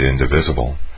indivisible